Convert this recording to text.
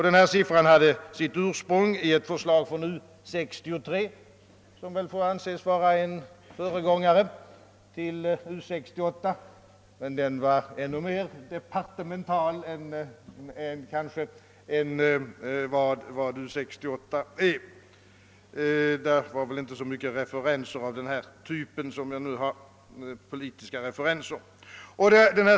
Den siffran hade sitt ursprung i ett förslag från U 63, som väl får anses vara en föregångare till U68 men som var ännu mer departemental än denna och inte hade egentliga politiska referenser.